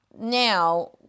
now